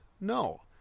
No